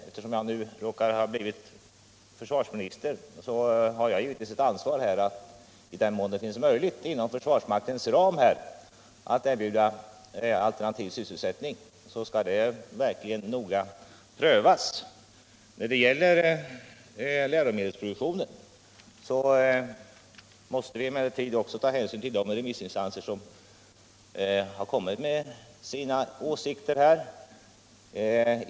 Eftersom jag har blivit försvarsminister har jag givetvis ett ansvar för att, i den mån det går att inom försvars departementets ram erbjuda alternativa sysselsättningar, sådana möjligheter noga prövas. När det gäller läromedelsproduktionen måste vi emellertid också ta hänsyn till de remissinstanser som framfört sina åsikter.